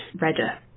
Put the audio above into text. redder